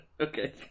Okay